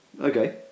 okay